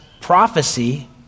prophecy